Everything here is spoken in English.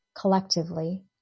collectively